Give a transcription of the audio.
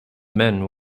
men